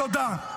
תודה.